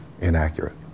inaccurate